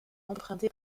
emprunté